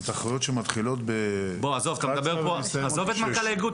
תחרויות שמתחילות ב -- עזוב את מנכ"ל האיגוד,